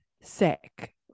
sick